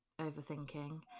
overthinking